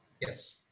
Yes